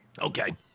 Okay